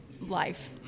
life